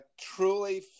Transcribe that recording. truly